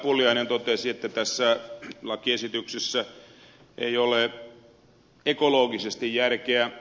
pulliainen totesi että tässä lakiesityksessä ei ole ekologisesti järkeä